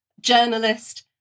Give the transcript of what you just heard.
journalist